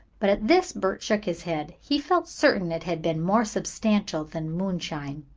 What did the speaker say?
but at this bert shook his head. he felt certain it had been more substantial than moonshine.